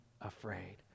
afraid